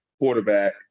quarterback